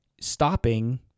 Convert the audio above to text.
stopping